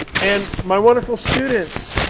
and my wonderful students,